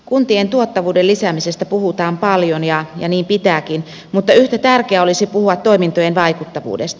kuntien tuottavuuden lisäämisestä puhutaan paljon ja niin pitääkin mutta yhtä tärkeää olisi puhua toimintojen vaikuttavuudesta